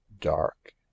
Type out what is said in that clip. dark